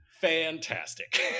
fantastic